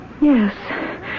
yes